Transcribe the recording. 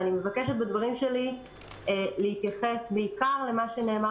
אני מבקשת בדברים שלי להתייחס בעיקר אל מה שנאמר